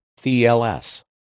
TLS